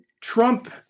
Trump